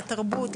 לתרבות,